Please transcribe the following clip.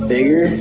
Bigger